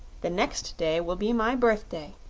the next day will be my birthday,